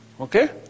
Okay